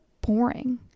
boring